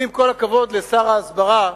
אני, עם כל הכבוד לשר ההסברה,